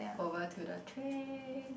over to the tray